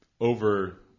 over –